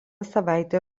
savaitę